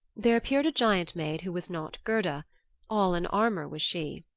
there appeared a giant maid who was not gerda all in armor was she.